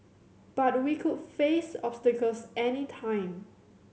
but we could face obstacles any time